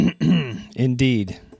Indeed